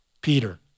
Peter